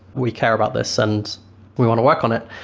we care about this and we want to work on it.